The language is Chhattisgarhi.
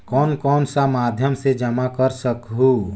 कौन कौन सा माध्यम से जमा कर सखहू?